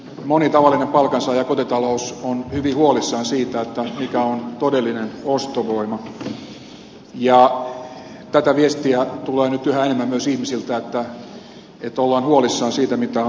moni tavallinen palkansaaja ja kotitalous on hyvin huolissaan siitä mikä on todellinen ostovoima ja tätä viestiä tulee nyt yhä enemmän myös ihmisiltä että ollaan huolissaan siitä mitä on tapahtumassa